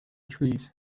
trees